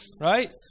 Right